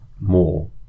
more